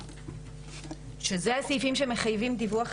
שאלה הסעיפים שמחייבים דיווח